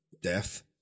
Death